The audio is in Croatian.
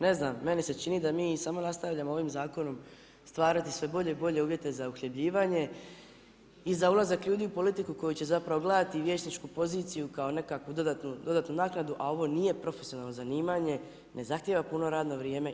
Ne znam, meni se čini, da mi samo nastavljamo ovim zakonom, stvarati sve bolje i bolje uvjete za uhljebljivanje i za ulazak ljudi u politiku, koji će zapravo gledati vijećničku poziciju kao nekakvu dodatnu naknadu, a ovo nije profesionalno zanimanje, ne zahtjeva puno radno vrijeme.